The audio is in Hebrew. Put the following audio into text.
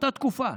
באותה תקופה,